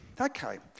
okay